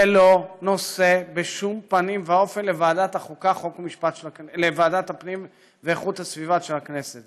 זה לא נושא בשום פנים ואופן לוועדת הפנים והגנת הסביבה של הכנסת.